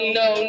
no